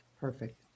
Perfect